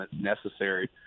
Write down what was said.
necessary